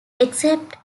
except